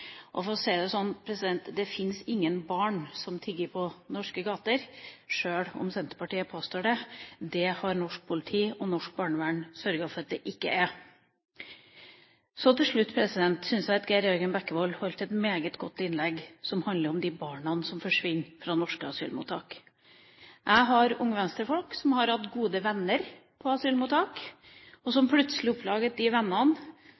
Og for å si det slik: Det fins ingen barn som tigger på norske gater, sjøl om Senterpartiet påstår det. Det har norsk politi og norsk barnevern sørget for at det ikke er. Så vil jeg si jeg syns at Geir Jørgen Bekkevold holdt et meget godt innlegg, som handler om de barna som forsvinner fra norske asylmottak. Jeg kjenner Unge Venstre-folk som har hatt gode venner på asylmottak, og som plutselig oppdaget at de vennene